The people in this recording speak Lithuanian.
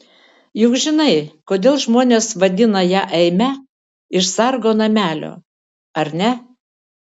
juk žinai kodėl žmonės vadina ją eime iš sargo namelio ar ne